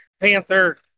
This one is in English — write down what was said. panther